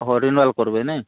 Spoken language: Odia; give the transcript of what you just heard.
ଓହୋ ରିନ୍ୟୁୱାଲ୍ କରିବେ ନା